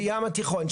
בים התיכון,